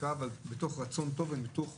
לא צריכים